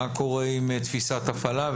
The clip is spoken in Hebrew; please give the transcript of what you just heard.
מה קורה עם תפיסת הפעלה?